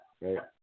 right